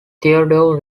theodore